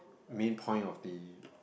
main point of the